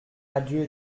adieu